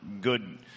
good